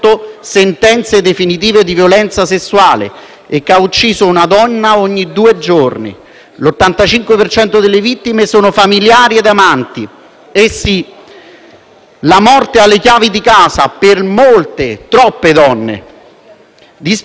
e ha ucciso una donna ogni due giorni. L'85 per cento delle vittime sono familiari ed amanti. Eh sì, la morte ha le chiavi di casa per molte, troppe donne. Dispiace constatare in questi ultimi anni